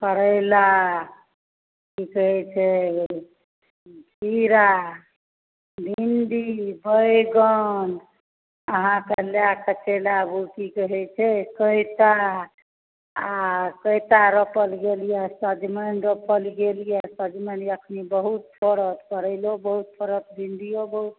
करैला की कहै छै खीरा भिण्डी बैगन अहाँकेँ लए कऽ चलि आबु की कहै छै कइता आ कइता रोपल गेल यऽ सजमनि रोपल गेल यऽ सजमनि एखन बहुत फड़त करैलो बहुत फड़त भिण्डीओ बहुत फड़त